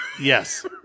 Yes